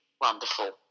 wonderful